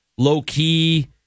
low-key